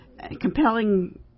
Compelling